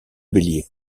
bélier